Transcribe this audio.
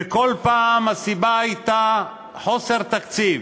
וכל פעם הסיבה הייתה חוסר תקציב.